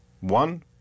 One